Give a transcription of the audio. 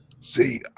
See